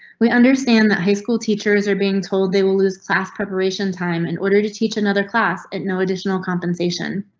we understand that high school teachers are being told they will lose class preparation time in order to teach another class at no additional compensation,